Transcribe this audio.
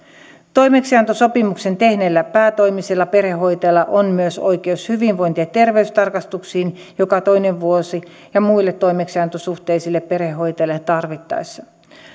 toimeksiantosopimuksen tehneellä päätoimisella perhehoitajalla on myös oikeus hyvinvointi ja terveystarkastuksiin joka toinen vuosi ja muilla toimeksiantosuhteisilla perhehoitajilla tarvittaessa